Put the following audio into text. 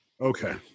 Okay